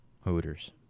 Hooters